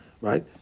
right